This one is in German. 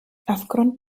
aufgrund